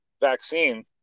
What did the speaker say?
vaccine